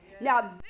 Now